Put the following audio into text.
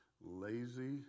lazy